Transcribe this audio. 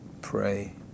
pray